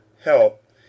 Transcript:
help